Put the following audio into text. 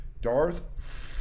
Darth